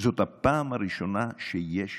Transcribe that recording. זאת הפעם הראשונה שיש